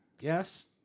yes